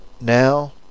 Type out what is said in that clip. Now